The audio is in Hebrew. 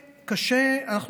היא ביקשה כל כך הרבה.